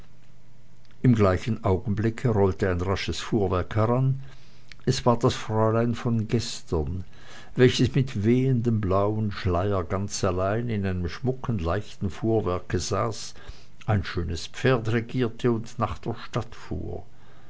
im gleichen augenblicke rollte ein rasches fuhrwerk heran es war das fräulein von gestern welches mit wehendem blauem schleier ganz allein in einem schmucken leichten fuhrwerke saß ein schönes pferd regierte und nach der stadt fuhr